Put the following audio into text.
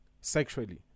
sexually